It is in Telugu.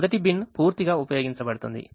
మొదటి బిన్ పూర్తిగా ఉపయోగించబడుతుంది